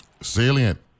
salient